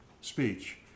speech